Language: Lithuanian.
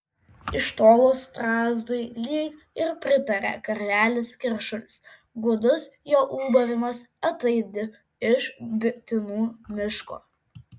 iš tolo strazdui lyg ir pritaria karvelis keršulis gūdus jo ūbavimas ataidi iš bitinų miško